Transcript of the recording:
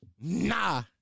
Nah